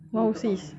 !wow! sis